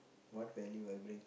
what value I bring